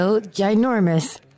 ginormous